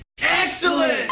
Excellent